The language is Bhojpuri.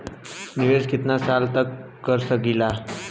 निवेश कितना साल तक कर सकीला?